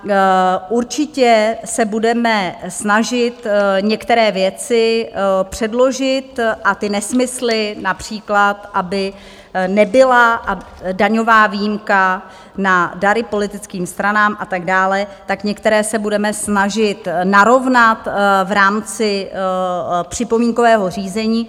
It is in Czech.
A určitě se budeme snažit některé věci předložit a ty nesmysly, například, aby nebyla daňová výjimka na dary politickým stranám a tak dále, tak některé se budeme snažit narovnat v rámci připomínkového řízení.